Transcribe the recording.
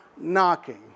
knocking